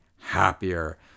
happier